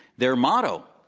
their motto,